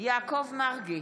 יעקב מרגי,